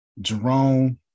Jerome